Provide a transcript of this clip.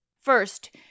First